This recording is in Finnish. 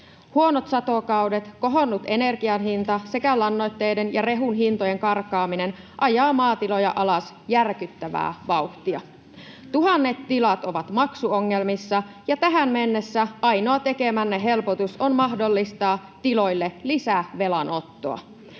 Huonot satokaudet, kohonnut energianhinta sekä lannoitteiden ja rehun hintojen karkaaminen ajaa maatiloja alas järkyttävää vauhtia. Tuhannet tilat ovat maksuongelmissa. Ja tähän mennessä ainoa tekemänne helpotus on mahdollistaa tiloille lisävelanottoa,